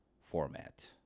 format